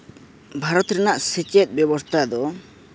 ᱵᱷᱟᱨᱚᱛ ᱨᱮᱭᱟᱜ ᱥᱮᱪᱮᱫ ᱵᱮᱵᱚᱥᱛᱷᱟ ᱫᱚ